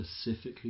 specifically